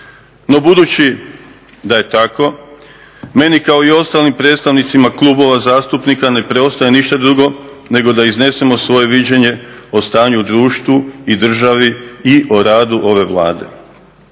No, budući da je tako meni kao i ostalim predstavnicima klubova zastupnika ne preostaje ništa drugo nego da iznesemo svoje viđenje o stanju u društvu i državi i o radu ove Vlade.